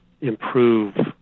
improve